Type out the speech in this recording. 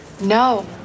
no